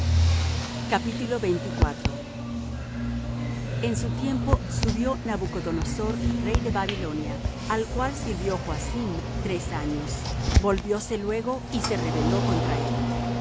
en su tiempo subió nabucodonosor rey de babilonia al cual sirvió joacim tres años volvióse luego y se rebeló contra él